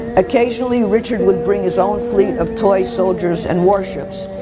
occasionally richard would bring his own fleet of toy soldiers and war ships.